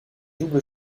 double